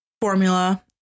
formula